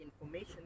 information